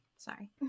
sorry